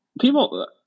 people